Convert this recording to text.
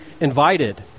invited